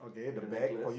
with the necklace